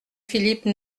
philippe